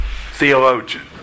theologian